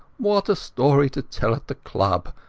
what a story to tell at the club.